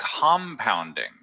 compounding